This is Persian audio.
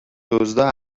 دزدا